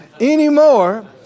anymore